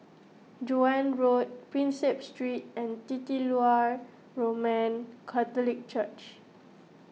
Joan Road Prinsep Street and Titular Roman Catholic Church